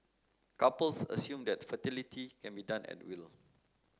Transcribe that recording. couples assume that fertility can be done at will